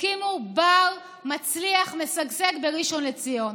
הקימו בר מצליח, משגשג, בראשון לציון.